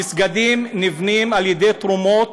המסגדים נבנים על ידי תרומות